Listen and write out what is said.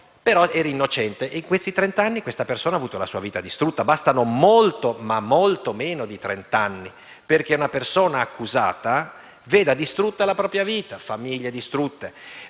però eri innocente? Ma in trent'anni questa persona ha avuto la vita distrutta. E bastano molto, molto meno di trent'anni perché una persona accusata veda distrutta la propria vita: famiglie distrutte,